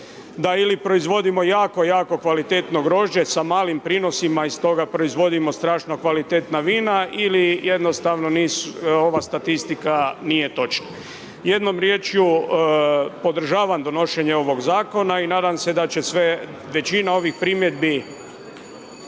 da ili proizvodimo jako jako kvalitetno grožđe sa malim prinosima i stoga proizvodimo strašno kvalitetna vina ili jednostavna ova statistika nije točna. Jednom riječju, podržavam donošenje ovog zakona i nadam se da će većinom ovih primjedbi,